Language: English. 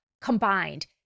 combined